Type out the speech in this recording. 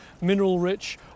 Mineral-rich